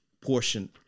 portion